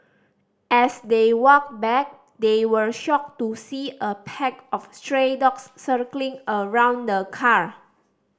as they walked back they were shocked to see a pack of stray dogs circling around the car